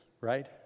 right